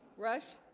rush